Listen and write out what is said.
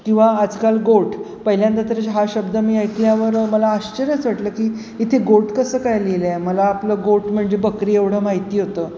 किंवा आजकाल गोठ पहिल्यांदा तरी हा शब्द मी ऐकल्यावर मला आश्चर्यच वाटलं की इथे गोट कसं काय लिहिलंय मला आपलं गोट म्हणजे बकरी एवढं माहिती होतं